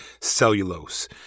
Cellulose